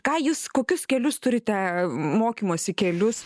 ką jūs kokius kelius turite mokymosi kelius